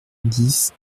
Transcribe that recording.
dix